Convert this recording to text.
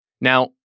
Now